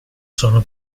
sono